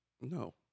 No